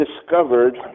discovered